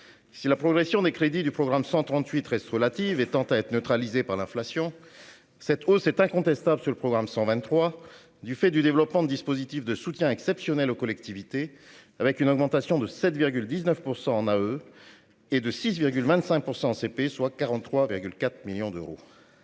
Si la progression des crédits du programme 138 reste relative et tend à être neutralisée par l'inflation, cette hausse est incontestable sur le programme 123, du fait du développement de dispositifs de soutien exceptionnel aux collectivités, avec une augmentation de 7,19 % en autorisations